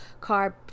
carb